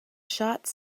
shots